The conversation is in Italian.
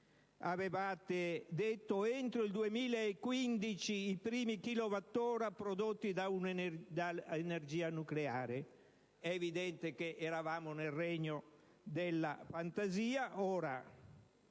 vi sarebbero stati i primi kilowattora prodotti dall'energia nucleare. È evidente che eravamo nel regno della fantasia.